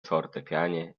fortepianie